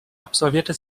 absolvierte